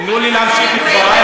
תנו לי להמשיך את דברי,